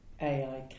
AI